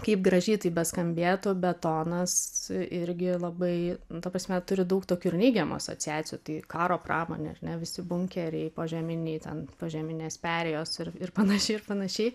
kaip gražiai tai beskambėtų betonas irgi labai nu ta prasme turi daug tokių ir neigiamų asociacijų tai karo pramonė ar ne visi bunkeriai požeminiai ten požeminės perėjos ir ir panašiai ir panašiai